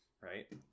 right